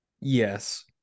Yes